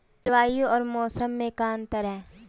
जलवायु अउर मौसम में का अंतर ह?